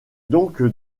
donc